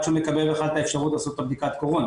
שהוא מקבל בכלל את האפשרות לעשות את בדיקת הקורונה.